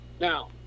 Now